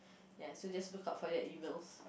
ya so just look out for their Emails